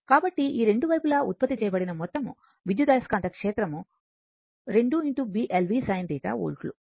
కాబట్టి రెండు వైపులా ఉత్పత్తి చేయబడిన మొత్తం విద్యుదయస్కాంత క్షేత్రం 2 Bl v sin θ వోల్ట్లు సరియైన